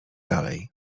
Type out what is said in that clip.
dalej